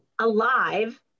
alive